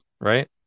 right